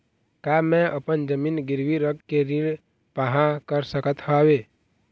का मैं अपन जमीन गिरवी रख के ऋण पाहां कर सकत हावे?